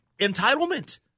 entitlement